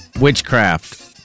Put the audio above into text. Witchcraft